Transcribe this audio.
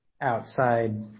outside